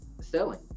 selling